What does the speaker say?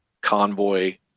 convoy